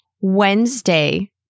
Wednesday